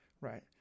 Right